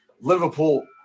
Liverpool